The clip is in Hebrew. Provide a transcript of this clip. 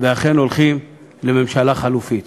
ואכן הולכים לממשלה חלופית.